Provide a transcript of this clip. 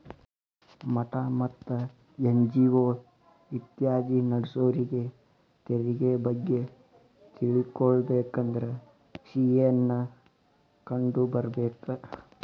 ಮಠಾ ಮತ್ತ ಎನ್.ಜಿ.ಒ ಇತ್ಯಾದಿ ನಡ್ಸೋರಿಗೆ ತೆರಿಗೆ ಬಗ್ಗೆ ತಿಳಕೊಬೇಕಂದ್ರ ಸಿ.ಎ ನ್ನ ಕಂಡು ಬರ್ಬೇಕ